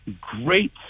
great